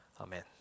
Amen